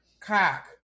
cock